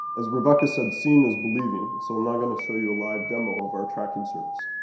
as rebecca said, seeing is believing. so i'm now going to show you a live demo of our tracking service.